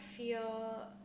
Feel